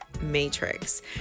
matrix